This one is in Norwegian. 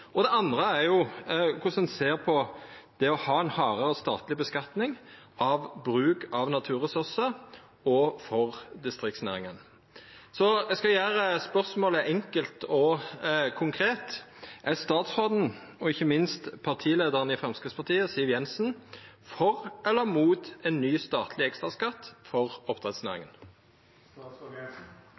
Det andre er korleis ein ser på det å ha ei hardare statleg skattlegging av bruk av naturressursar òg for distriktsnæringane. Eg skal gjera spørsmålet enkelt og konkret: Er statsråden og ikkje minst partileiaren i Framstegspartiet, Siv Jensen, for eller imot ein ny, statleg ekstraskatt for